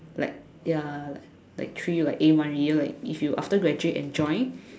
like ya like treat you like A one really like if you after graduate and join